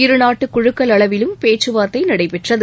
இருநாட்டு குழுக்கள் அளவிலும் பேச்சுவார்த்தை நடைபெற்றது